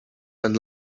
and